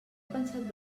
pensat